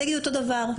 ותגידו אותו דבר,